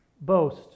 Boast